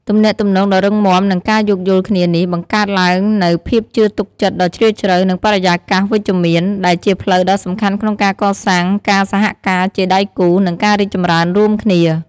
ទំនាក់ទំនងដ៏រឹងមាំ និងការយោគយល់គ្នានេះ បង្កើតឡើងនូវភាពជឿទុកចិត្តដ៏ជ្រាលជ្រៅ និងបរិយាកាសវិជ្ជមាន ដែលជាផ្លូវដ៏សំខាន់ក្នុងការកសាងការសហការជាដៃគូ និងការរីកចម្រើនរួមគ្នា ។